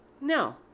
No